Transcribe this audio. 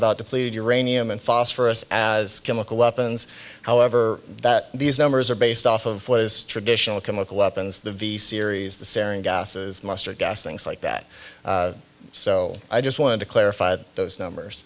about depleted uranium and phosphorus as chemical weapons however that these numbers are based off of what is traditional chemical weapons the v series the sarah gases mustard gas things like that so i just wanted to clarify those